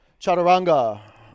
chaturanga